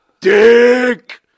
Dick